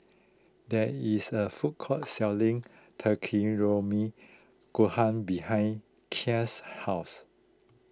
there is a food court selling Takikomi Gohan behind Kiel's house